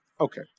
okay